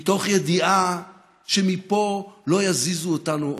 מתוך ידיעה שפה לא יזיזו אותנו עוד.